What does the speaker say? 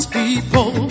people